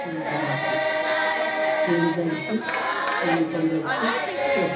పానకం పట్టి పిండి దంచి పానకం పట్టి చేస్తా